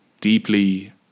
deeply